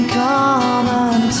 common